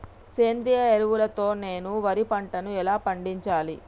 సేంద్రీయ ఎరువుల తో నేను వరి పంటను ఎలా పండించాలి?